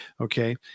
Okay